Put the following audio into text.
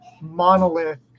monolith